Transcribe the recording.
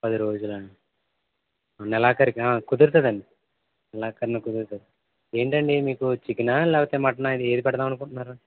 పది రోజులా నెలాఖరికా కుదురుతుందండి నెలాఖరున కుదురుతుంది ఏంటండి మీకు చికెనా లేకపోతే మటనా ఏది పెడదామనుకుంటున్నారు